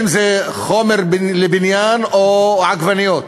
אם חומר לבניין או עגבניות,